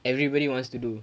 everybody wants to do